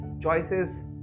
Choices